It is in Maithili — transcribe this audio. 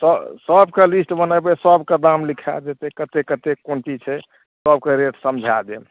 तऽ सबके लिस्ट बनेबय सबके दाम लिखय जेतय कते कते कोन चीज छै सबके रेट समझा देब